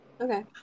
Okay